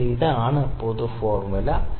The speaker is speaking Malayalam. അല്ലെങ്കിൽ ഇതാണ് പൊതു ഫോർമുല